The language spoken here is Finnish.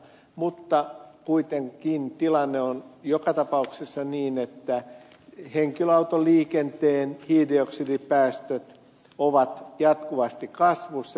mutta kuitenkin tilanne on joka tapauksessa niin että henkilöautoliikenteen hiilidioksidipäästöt ovat jatkuvasti kasvussa